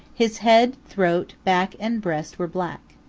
his head, throat, back and breast were black.